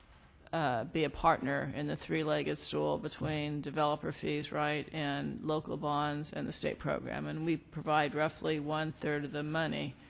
ah be a partner in the three-legged stool between developer fees right and local bonds and the state program. and we provide roughly one-third of the money.